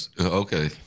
Okay